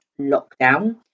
lockdown